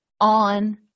on